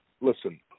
listen